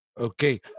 Okay